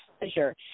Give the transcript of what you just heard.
pleasure